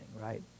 right